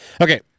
Okay